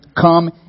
come